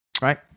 Right